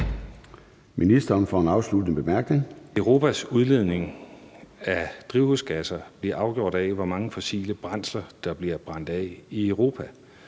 Europas udledning af drivhusgasser bliver afgjort af, hvor mange fossile brændsler der bliver brændt af i Europa.